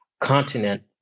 continent